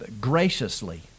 graciously